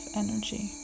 energy